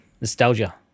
nostalgia